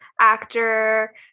actor